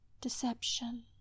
deception